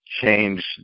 change